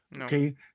Okay